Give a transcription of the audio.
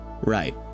Right